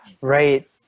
Right